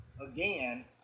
again